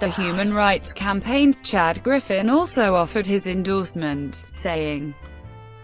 the human rights campaign's chad griffin also offered his endorsement, endorsement, saying